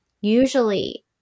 Usually